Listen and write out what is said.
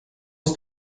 ist